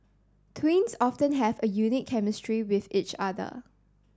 twins often have a unique chemistry with each other